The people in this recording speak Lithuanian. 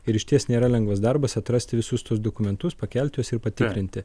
ir išties nėra lengvas darbas atrasti visus tuos dokumentus pakelti juos ir patikrinti